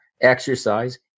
exercise